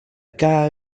girl